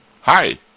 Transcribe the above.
Hi